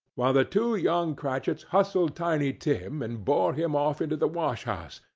while the two young cratchits hustled tiny tim, and bore him off into the wash-house,